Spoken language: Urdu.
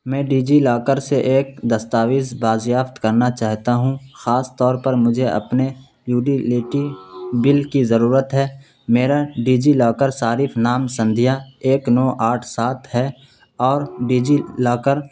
میں ڈیجی لاکر سے ایک دستاویز بازیافت کرنا چاہتا ہوں خاص طور پر مجھے اپنے یوڈیلیٹی بل کی ضرورت ہے میرا ڈیجی لاکر صارف نام سندھیا ایک نو آٹھ سات ہے اور ڈیجی لاکر